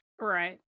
Right